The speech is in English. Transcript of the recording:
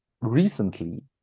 recently